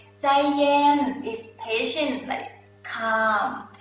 so yeah ah and is patient, like calm.